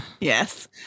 Yes